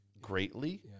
greatly